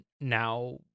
now